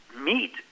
meat